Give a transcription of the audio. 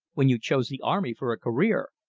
when you chose the army for a career,